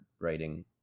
writing